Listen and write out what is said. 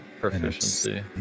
proficiency